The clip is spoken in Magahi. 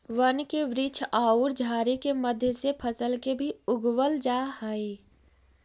वन के वृक्ष औउर झाड़ि के मध्य से फसल के भी उगवल जा हई